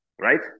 right